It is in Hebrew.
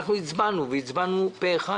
אנחנו הצבענו בעד פה אחד,